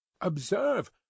Observe